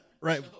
right